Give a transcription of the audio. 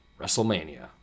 Wrestlemania